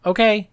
Okay